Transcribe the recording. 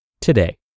today